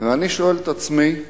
ואני שואל את עצמי: